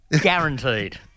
guaranteed